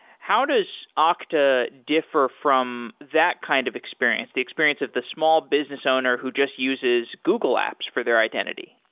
how does ah okta differ from that kind of experience, the experience of the small business owner who just uses google apps for their identity?